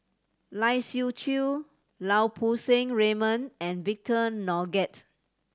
Lai Siu Chiu Lau Poo Seng Raymond and Victor Doggett